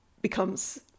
becomes